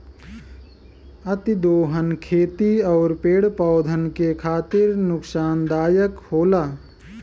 अतिदोहन खेती आउर पेड़ पौधन के खातिर नुकसानदायक होला